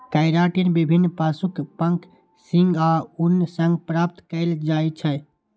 keratin विभिन्न पशुक पंख, सींग आ ऊन सं प्राप्त कैल जाइ छै